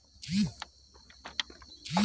আমার বইয়ে টাকা ঢুকলো কি না সেটা কি করে বুঝবো?